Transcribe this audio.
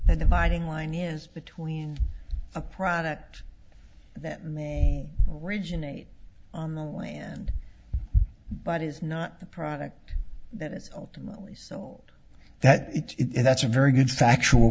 the dividing line is between a product that many originate on the land but is not the product that is ultimately sold that it that's a very good factual